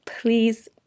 please